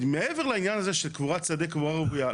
מעבר לעניין הזה שקבורת שדה או קבורה רוויה,